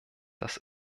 das